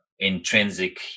Intrinsic